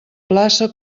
plaça